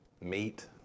meat